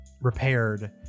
repaired